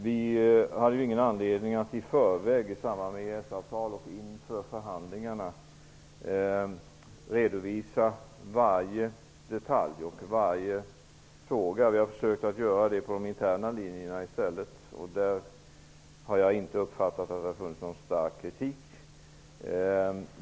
Vi hade ju ingen anledning att i förväg, i samband med EES-avtal och inför förhandlingarna, redovisa varje detalj och varje fråga. Vi har försökt att i stället göra det på de interna linjerna. Där har jag inte uppfattat någon stark kritik.